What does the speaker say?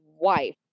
wife